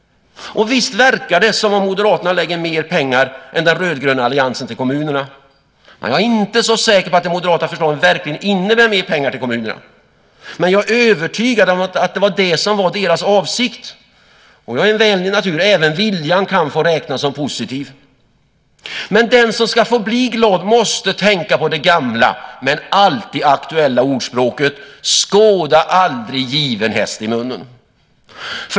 Visst verkar det som om Moderaterna lägger mer pengar än den rödgröna alliansen till kommunerna? Men jag är inte så säker på att de moderata förslagen verkligen innebär mer pengar till kommunerna. Men jag är övertygad om att det var det som var deras avsikt. Och jag är en vänlig natur - även viljan kan få räknas som positiv. Men den som ska få bli glad måste tänka på det gamla men alltid aktuella ordspråket: Skåda aldrig given häst i munnen.